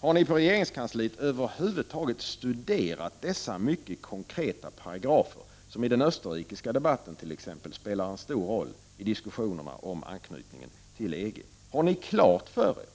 Har ni på regeringskansliet över huvud taget studerat dessa mycket konkreta paragrafer, som spelar en stor roll i t.ex. de österrikiska diskussionerna om anknytning till EG? Har ni klart för er